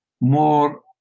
more